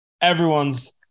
Everyone's